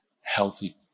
healthy